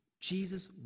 Jesus